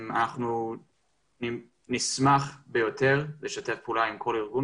אנחנו נשמח ביותר לשתף פעולה עם כל ארגון